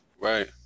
Right